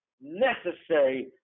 necessary